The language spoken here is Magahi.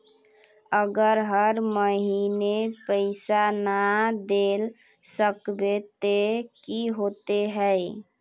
अगर हर महीने पैसा ना देल सकबे ते की होते है?